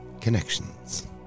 connections